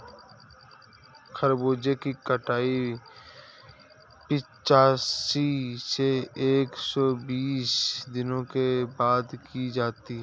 खरबूजे की कटाई पिचासी से एक सो बीस दिनों के बाद की जाती है